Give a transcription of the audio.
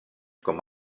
com